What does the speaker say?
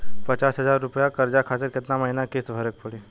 पचास हज़ार रुपया कर्जा खातिर केतना महीना केतना किश्ती भरे के पड़ी?